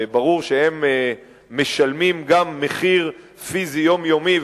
וברור שהם משלמים גם מחיר פיזי יומיומי,